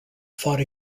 fought